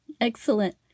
Excellent